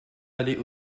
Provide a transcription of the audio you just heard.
allés